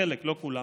חלק, לא כולם.